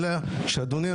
אדוני,